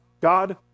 God